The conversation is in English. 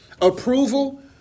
approval